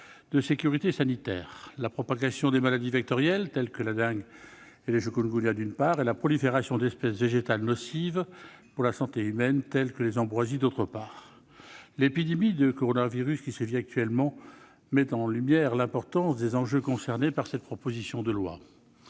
de sécurité sanitaire : la propagation des maladies vectorielles, telles que la dengue et le chikungunya, d'une part, et la prolifération d'espèces végétales nocives pour la santé humaine, telles que les ambroisies, d'autre part. L'épidémie de coronavirus qui sévit actuellement met en lumière l'importance des enjeux en cause dans le cadre de cette proposition de loi.